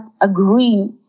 agree